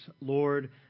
lord